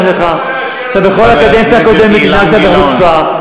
שבכל הקדנציה הקודמת דיברת בחוצפה.